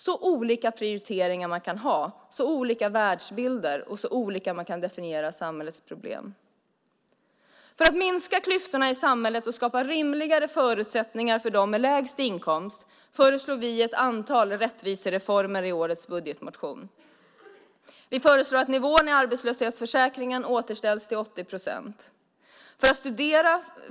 Så olika prioriteringar man kan ha, så olika världsbilder och så olika man kan definiera samhällets problem! För att minska klyftorna i samhället och skapa rimligare förutsättningar för dem med lägst inkomst föreslår vi ett antal rättvisereformer i årets budgetmotion. Vi föreslår att nivån i arbetslöshetsförsäkringen återställs till 80 procent.